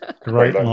great